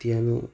ત્યાંનું